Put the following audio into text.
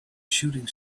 shooting